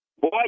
boy